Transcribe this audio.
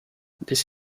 this